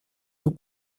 του